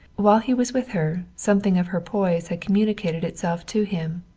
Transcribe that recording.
while he was with her something of her poise had communicated itself to him.